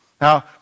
Now